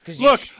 Look